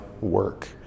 work